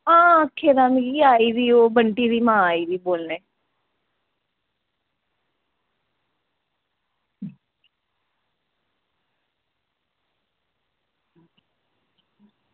मांआं आक्खे दा मिगी ओह् बंटी दी आई दी ही